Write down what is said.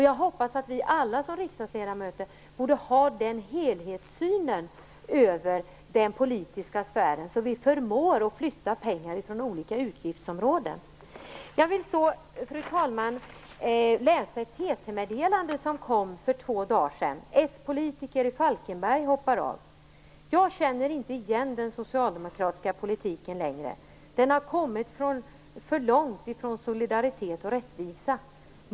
Jag hoppas att alla riksdagsledamöter har en sådan helhetssyn på den politiska sfären att vi förmår flytta pengar mellan olika utgiftsområden. Jag vill, fru talman, citera ett TT-meddelande som kom för två dagar sedan och som har rubriken "S politiker i Falkenberg hoppar av". Det heter där: "Jag känner inte igen den socialdemokratiska politiken längre, den har kommit för långt ifrån solidaritet och rättvisa.